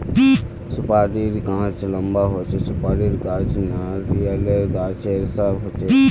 सुपारीर गाछ लंबा होचे, सुपारीर गाछ नारियालेर गाछेर सा होचे